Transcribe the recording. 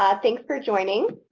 ah thanks for joining.